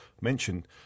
mentioned